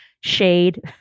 shade